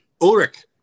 Ulrich